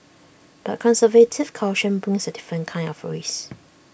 but conservative caution brings A different kind of risk